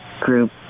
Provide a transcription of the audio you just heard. group